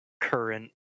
current